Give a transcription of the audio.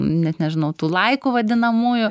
net nežinau tų laikų vadinamųjų